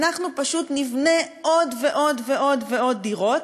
אנחנו פשוט נבנה עוד ועוד ועוד דירות,